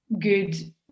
good